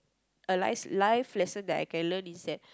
a lif~ life lesson I can learn is that